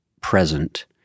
present